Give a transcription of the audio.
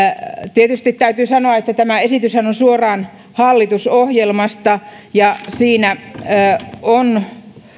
tietysti täytyy sanoa että tämä esityshän on suoraan hallitusohjelmasta ja siinä on